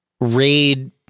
RAID